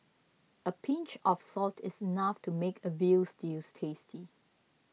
a pinch of salt is enough to make a Veal Stew tasty